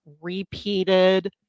repeated